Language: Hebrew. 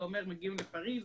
זה אומר מגיעים לפריז,